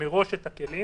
מראש את הכלים,